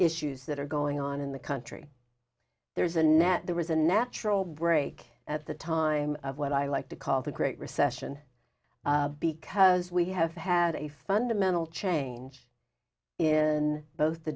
issues that are going on in the country there's a net there was a natural break at the time of what i like to call the great recession because we have had a fundamental change in both the